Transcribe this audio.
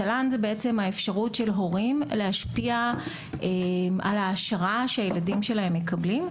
תל"ן זו בעצם האפשרות של הורים להשפיע על ההעשרה שהילדים שלהם מקבלים,